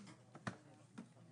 בשעה